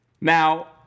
Now